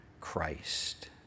christ